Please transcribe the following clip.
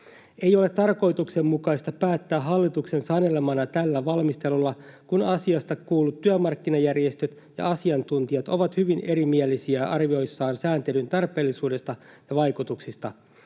Ei ole tarkoituksenmukaista päättää hallituksen sanelemana tällä valmistelulla, kun asiasta kuullut työmarkkinajärjestöt ja asiantuntijat ovat hyvin erimielisiä arvioissaan sääntelyn tarpeellisuudesta ja vaikutuksista.